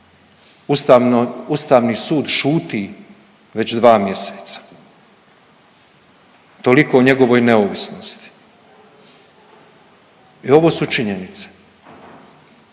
Ustavni sud šuti već dva mjeseca toliko o njegovoj neovisnosti. Ovo su činjenice